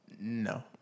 No